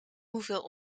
hoeveel